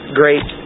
great